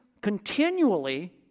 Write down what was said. continually